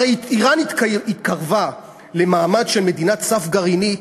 הרי איראן התקרבה למעמד של מדינת סף גרעינית